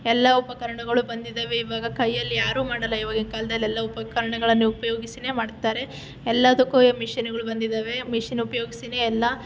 ಎಲ್ಲ ಉಪಕರಣಗಳು ಬಂದಿದ್ದಾವೆ ಇವಾಗ ಕೈಯ್ಯಲ್ಲಿ ಯಾರು ಮಾಡಲ್ಲ ಇವಾಗಿನ ಕಾಲದಲ್ಲೆಲ್ಲ ಉಪಕರಣಗಳನ್ನೇ ಉಪಯೋಗಿಸಿನೇ ಮಾಡ್ತಾರೆ ಎಲ್ಲದ್ದಕ್ಕೂ ಈಗ ಮಿಷಿನ್ಗಳು ಬಂದಿದ್ದಾವೆ ಮಿಷಿನ್ ಉಪಯೋಗಿಸಿನೇ ಎಲ್ಲ